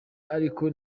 ariko